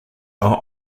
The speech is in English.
are